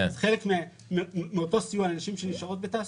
חלק מאותו סיוע לנשים שנשארות בתעסוקה,